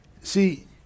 See